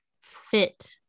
fit